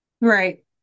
right